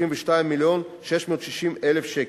ו-660,000 שקל.